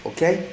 Okay